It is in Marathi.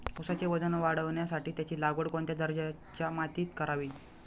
ऊसाचे वजन वाढवण्यासाठी त्याची लागवड कोणत्या दर्जाच्या मातीत करावी?